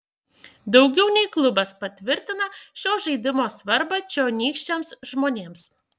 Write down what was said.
daugiau nei klubas patvirtina šio žaidimo svarbą čionykščiams žmonėms